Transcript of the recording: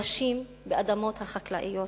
מוקשים באדמות החקלאיות,